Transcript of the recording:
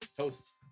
Toast